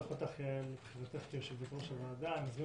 הצבעה בחירת חברת הכנסת יעל רון בן משה כיושבת-ראש הוועדה אושרה.